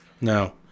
No